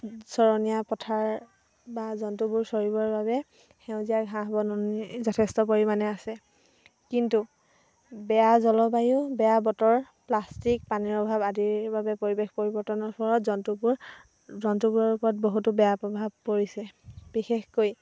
চৰণীয়া পথাৰ বা জন্তুবোৰ চৰিবৰ বাবে সেউজীয়া ঘাঁহ বননি যথেষ্ট পৰিমাণে আছে কিন্তু বেয়া জলবায়ু বেয়া বতৰ প্লাষ্টিক পানীৰ অভাৱ আদিৰ বাবে পৰিৱেশ পৰিৱৰ্তনৰ ফলত জন্তুবোৰ জন্তুবোৰৰ ওপৰত বহুতো বেয়া প্ৰভাৱ পৰিছে বিশেষকৈ